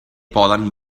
poden